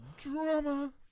Drama